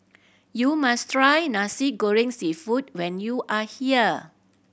you must try Nasi Goreng Seafood when you are here